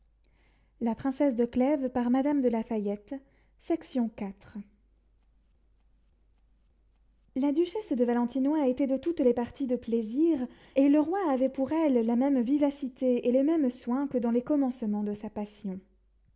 la duchesse de valentinois était de toutes les parties de plaisir et le roi avait pour elle la même vivacité et les mêmes soins que dans les commencements de sa passion